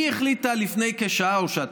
אבל מתי הישיבה מחר?